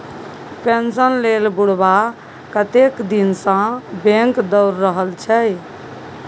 pension लेल बुढ़बा कतेक दिनसँ बैंक दौर रहल छै